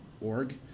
org